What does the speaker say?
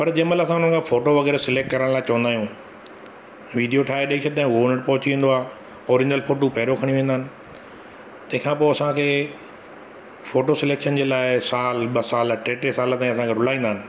पर जंहिं महिल असां हुन खां फ़ोटो वग़ैरह स्लैक्ट करणु लाइ चवंदा आहियूं वीडियो ठाहे ॾेई छॾिंदा आहियूं हो हुन वटि पोहची वेंदो आहे ओरिजिनल फ़ोटो पहिरियों खणी वेंदा आहिनि तंहिंखा पोइ असांखे फ़ोटो सलैक्शन जे लाइ सालु ॿ सालु टे टे सालु ताईं असांखे रुलाईंदा आहिनि